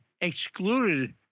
excluded